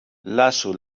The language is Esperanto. lasu